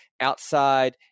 outside